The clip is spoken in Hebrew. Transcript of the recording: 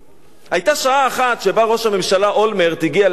היתה שעה אחת שבה ראש הממשלה אולמרט הגיע לאשקלון